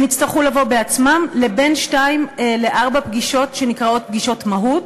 הם יצטרכו לבוא בעצמם לשתיים עד ארבע פגישות שנקראות פגישות מהו"ת,